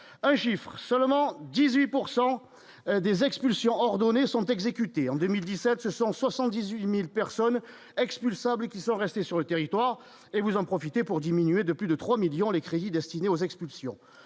un chiffre seulement 18 pourcent des expulsions ordonnées sont exécutées en 2017 ce 178000 personnes expulsables, qui sont restés sur le territoire et vous en profitez pour diminuer de plus de 3 millions les crédits destinés aux expulsions,